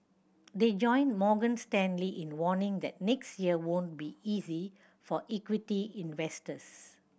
they join Morgan Stanley in warning that next year won't be easy for equity investors